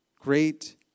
great